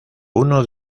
uno